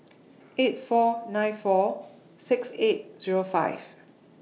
eight four nine four six eight Zero five